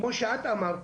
כמו שאת אמרת,